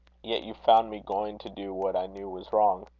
yet you found me going to do what i knew was wrong.